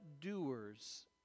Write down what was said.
doers